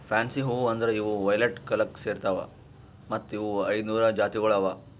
fancy ಹೂವು ಅಂದುರ್ ಇವು ವೈಲೆಟ್ ಕುಲಕ್ ಸೇರ್ತಾವ್ ಮತ್ತ ಇವು ಐದ ನೂರು ಜಾತಿಗೊಳ್ ಅವಾ